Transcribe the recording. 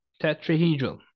tetrahedral